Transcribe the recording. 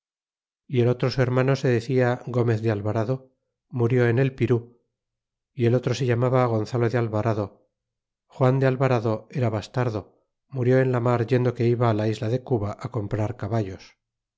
y el otro su hermano se decia gomez de alvarado murió en el pirú y el otro se llamaba gonzalo de alvarado juan de al varado era bastardo murió en la mar yendo que iba á la isla de cuba á comprar caballos